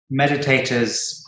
meditators